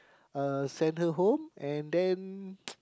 uh send her home and then